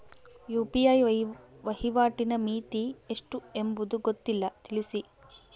UPI ವಹಿವಾಟಿನ ಮಿತಿ ಎಷ್ಟು ಎಂಬುದು ಗೊತ್ತಿಲ್ಲ? ತಿಳಿಸಿ?